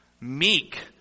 meek